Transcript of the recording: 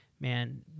man